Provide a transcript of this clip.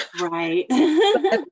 Right